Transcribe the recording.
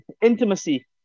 intimacy